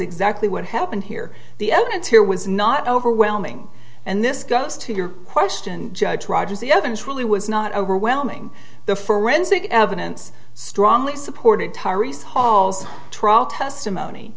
exactly what happened here the evidence here was not overwhelming and this goes to your question judge rogers the evidence really was not overwhelming the forensic evidence strongly supported tara's halls of trial testimony